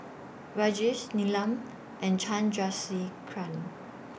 Rajesh Neelam and Chandrasekaran